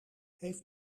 heeft